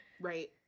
Right